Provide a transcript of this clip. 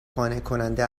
قانعکننده